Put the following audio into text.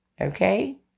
Okay